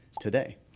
today